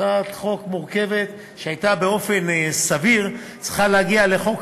הצעת חוק מורכבת שבאופן סביר הייתה צריכה להגיע לחוק